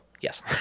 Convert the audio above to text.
Yes